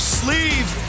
sleeve